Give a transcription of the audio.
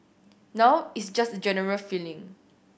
now it's just a general feeling